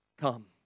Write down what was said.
Come